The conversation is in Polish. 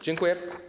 Dziękuję.